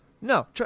no